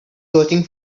searching